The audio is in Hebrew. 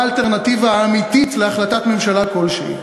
האלטרנטיבה האמיתית להחלטת ממשלה כלשהי?